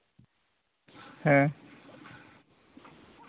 ᱦᱮᱸ